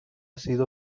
sido